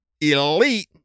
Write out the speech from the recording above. elite